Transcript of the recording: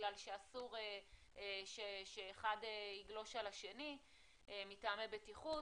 בגלל שאסור שאחד יגלוש על השני מטעמי בטיחות.